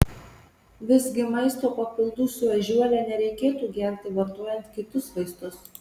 visgi maisto papildų su ežiuole nereikėtų gerti vartojant kitus vaistus